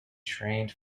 trained